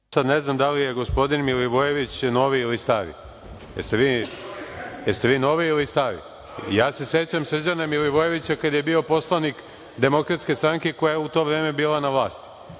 Ne znam da li je gospodin Milivojević novi ili stari? Jel ste vi novi ili stari? Ja se sećam Srđana Milivojevića kada je bio poslanik Demokratske stranke, koja je u to vreme bila na vlasti.